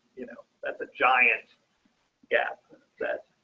you know, that's a giant yeah that